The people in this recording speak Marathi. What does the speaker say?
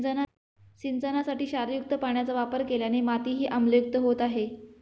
सिंचनासाठी क्षारयुक्त पाण्याचा वापर केल्याने मातीही आम्लयुक्त होत आहे